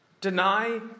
Deny